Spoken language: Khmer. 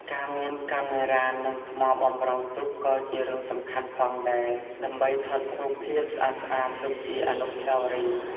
ការមាន កាមេរ៉ា និងថ្មបម្រុងទុកក៏ជារឿងសំខាន់ផងដែរដើម្បីថតរូបភាពស្អាតៗទុកជាអនុស្សាវរីយ៍។